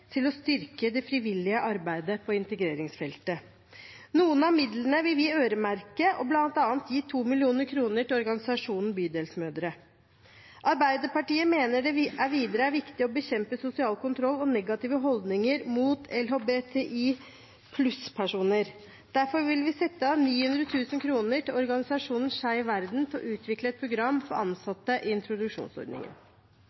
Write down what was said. til å styrke det frivillige arbeidet på integreringsfeltet. Noen av midlene vil vi øremerke og bl.a. gi 2 mill. kr til organisasjonen Bydelsmødre. Arbeiderpartiet mener videre det er viktig å bekjempe sosial kontroll og negative holdninger mot LHBTI+-personer. Derfor vil vi sette av 900 000 kr til organisasjonen Skeiv verden til å utvikle et program for